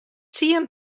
tsien